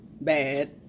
bad